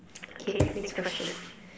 okay next question